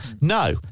No